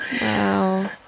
Wow